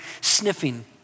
sniffing